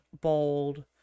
bold